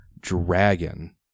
dragon